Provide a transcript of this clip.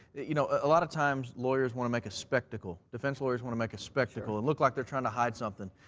you know, a lot of times lawyers want to make a spectacle. defense lawyers want to make a spectacle and look like they're trying to hide something.